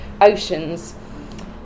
Oceans